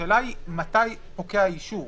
השאלה היא מתי האישור.